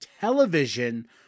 television